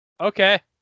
Okay